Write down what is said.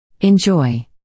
Enjoy